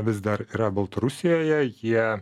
vis dar yra baltarusijoje jie